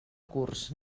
curs